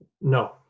No